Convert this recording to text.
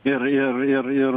ir ir ir ir